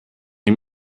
ihm